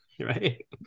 right